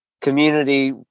community